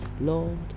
Lord